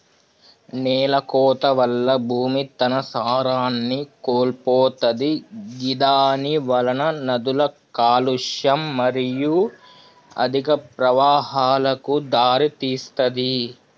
నేలకోత వల్ల భూమి తన సారాన్ని కోల్పోతది గిదానివలన నదుల కాలుష్యం మరియు అధిక ప్రవాహాలకు దారితీస్తది